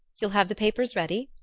you'll have the papers ready?